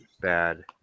bad